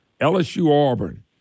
LSU-Auburn